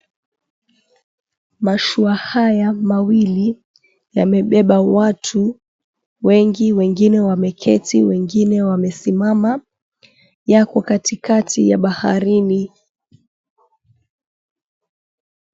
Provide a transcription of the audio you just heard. Mashua haya mawili yamebeba watu wengi, wengine wameketi wengine wamesimama. Yako katikati ya baharini.